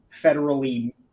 federally